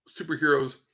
superheroes